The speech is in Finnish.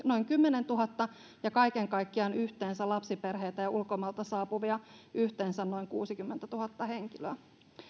noin kymmenentuhatta ja kaiken kaikkiaan yhteensä lapsiperheitä ja ulkomailta saapuvia yhteensä noin kuusikymmentätuhatta henkilöä